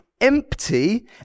empty